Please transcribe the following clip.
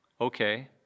okay